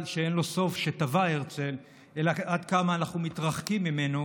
שאין לו סוף שטבע הרצל אלא עד כמה אנחנו מתרחקים ממנו,